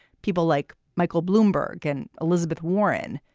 people like michael bloomberg and elizabeth warren.